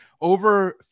Over